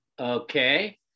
okay